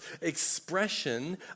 expression